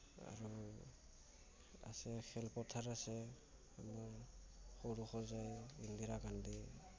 আৰু আছে খেল পথাৰ আছে আমাৰ সৰুসজাই ইন্দিৰা গান্ধী